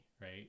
right